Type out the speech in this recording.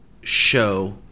show